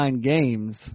games